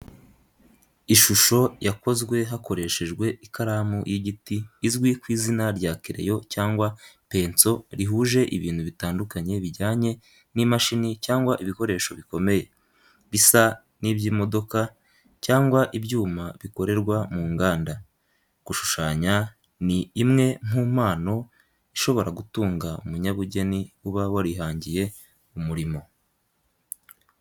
Ishusho yakozwe hakoreshejwe ikaramu y’igiti izwi ku izina rya kereyo cyangwa penso rihuje ibintu bitandukanye bijyanye n’imashini cyangwa ibikoresho bikomeye, bisa n’iby’imodoka cyangwa ibyuma bikorerwa mu nganda. Gushushanya ni imwe mu mpano ishobora gutunga umunyabugeni uba warihangiye umurimo.